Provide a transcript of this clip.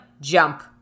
jump